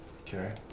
Okay